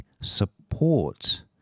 support